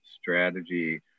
Strategy